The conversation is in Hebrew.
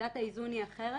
נקודת האיזון היא אחרת,